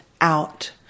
out